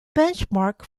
benchmark